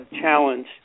challenge